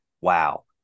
wow